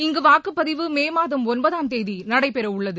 இங்கு வாக்குப்பதிவு மே மாதம் ஒன்பதாம் தேதி நடைபெறவுள்ளது